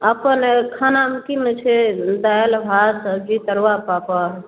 अपन आइ खानामे की छै दालि भात सब्जी तरुआ पापड़